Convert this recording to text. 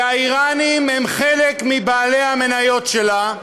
שהאיראנים הם חלק מבעלי המניות שלה,